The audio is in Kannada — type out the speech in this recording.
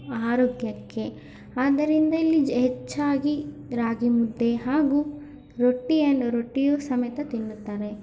ಆರೋಗ್ಯಕ್ಕೆ ಆದ್ದರಿಂದ ಇಲ್ಲಿ ಜ್ ಹೆಚ್ಚಾಗಿ ರಾಗಿ ಮುದ್ದೆ ಹಾಗೂ ರೊಟ್ಟಿಯನ್ನು ರೊಟ್ಟಿಯೂ ಸಮೇತ ತಿನ್ನುತ್ತಾರೆ